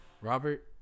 Robert